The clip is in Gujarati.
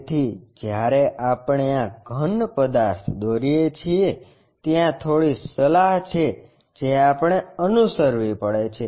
તેથી જ્યારે આપણે આ ઘન પદાર્થ દોરીએ છીએ ત્યાં થોડી સલાહ છે જે આપણે અનુસરવી પડે છે